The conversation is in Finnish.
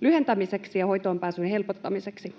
lyhentämiseksi ja hoitoonpääsyn helpottamiseksi.